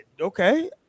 okay